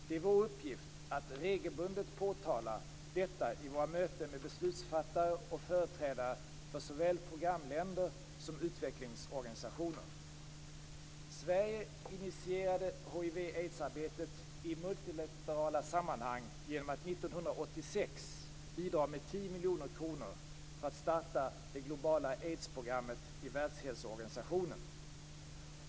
Det är vår uppgift att regelbundet påtala detta i våra möten med beslutsfattare och företrädare för såväl programländer som utvecklingsorganisationer. Sverige initierade hiv/aids-arbetet i multilaterala sammanhang genom att 1986 bidra med 10 miljoner kronor för att starta det globala aidsprogrammet i Världshälsoorganisationen .